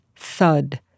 thud